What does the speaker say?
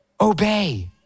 Obey